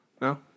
No